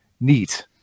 neat